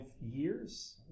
years